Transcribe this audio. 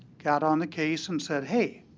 got on the case and said, hey,